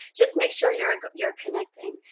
just make sure you're you're connecting.